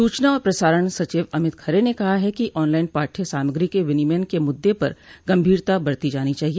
सूचना और प्रसारण सचिव अमित खरे ने कहा है कि ऑनलाइन पाठ्य सामग्री के विनियमन के मुद्दे पर गम्भीरता बरती जानी चाहिए